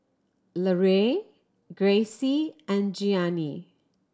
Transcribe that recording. Larae Gracie and Gianni